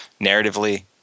narratively